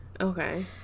Okay